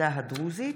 העדה הדרוזית,